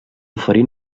oferí